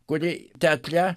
kuri teatre